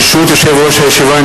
ברשות יושב-ראש הישיבה,